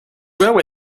railway